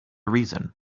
reason